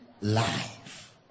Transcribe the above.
life